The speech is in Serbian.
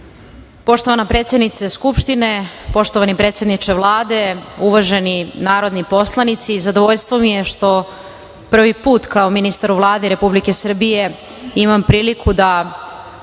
predsednice Skupštine, poštovani predsedniče Vlade, uvaženi narodni poslanici, zadovoljstvo mi je što prvi put kao ministar Vlade Republike Srbije imam priliku da